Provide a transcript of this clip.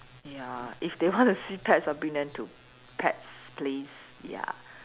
ya if they want to see pets I'll bring them to pets place ya